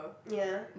ya